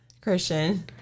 Christian